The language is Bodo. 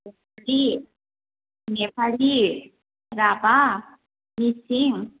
बेंगलि नेपालि राभा मिसिं